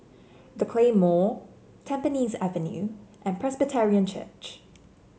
The Claymore Tampines Avenue and Presbyterian Church